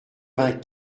vingt